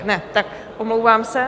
Ne, tak omlouvám se.